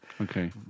Okay